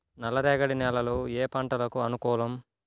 నల్లరేగడి నేలలు ఏ పంటలకు అనుకూలం?